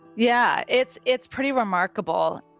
yeah, it's it's pretty remarkable.